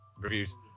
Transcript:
reviews